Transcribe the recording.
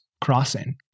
crossing